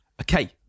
okay